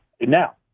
now